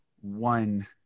one